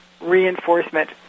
reinforcement